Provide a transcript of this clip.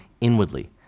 inwardly